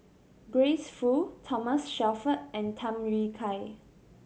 Grace Fu Thomas Shelford and Tham Yui Kai